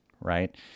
right